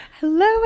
Hello